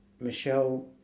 Michelle